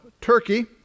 Turkey